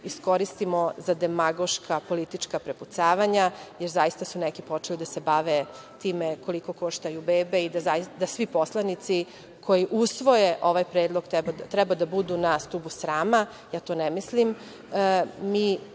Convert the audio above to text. iskoristimo za demagoška politička prepucavanja, jer zaista su neki počeli da se bave time koliko koštaju bebe i da svi poslanici koji usvoje ovaj predlog treba da budu na stubu srama. Ja to ne mislim. Mi